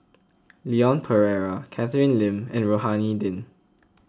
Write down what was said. Leon Perera Catherine Lim and Rohani Din